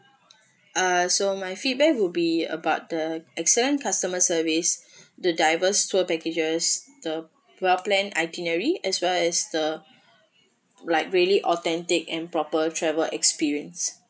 uh so my feedback will be about the excellent customer service the diverse tour packages the well plan itinerary as well as the like really authentic and proper travel experience